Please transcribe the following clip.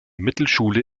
mittelschule